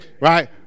right